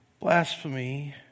Blasphemy